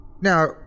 Now